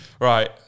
Right